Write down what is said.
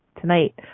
tonight